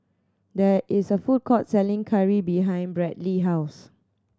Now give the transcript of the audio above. there is a food court selling curry behind Bradley house